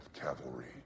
Cavalry